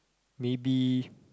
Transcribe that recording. maybe